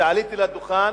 כשעליתי לדוכן,